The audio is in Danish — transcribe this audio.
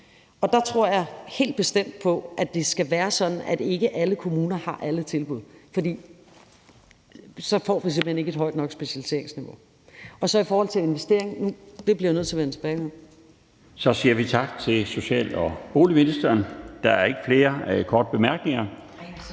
Der tror jeg helt bestemt på, at det skal være sådan, at ikke alle kommuner har alle tilbud. For så får vi simpelt hen ikke et højt nok specialiseringsniveau. Det med investeringen bliver jeg nødt til at vende tilbage med. Kl. 18:27 Den fg. formand (Bjarne Laustsen): Så siger vi tak til social- og boligministeren. Der er ikke flere korte bemærkninger,